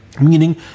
Meaning